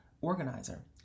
organizer